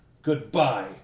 Goodbye